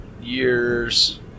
years